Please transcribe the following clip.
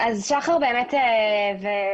שכוללים דברים כאלה ואחרים,